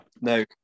no